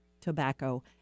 Tobacco